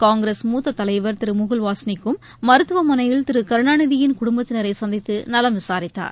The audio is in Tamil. காங்கிரஸ் மூத்த தலைவர் திரு முகுல் வாஸ்னிக்கும் மருத்துவ மனையில் திரு கருணாநிதியின் குடும்பத்தினரை சந்தித்து நலம் விசாரித்தார்